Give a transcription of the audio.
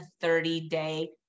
30-day